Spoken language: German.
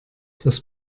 das